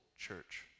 church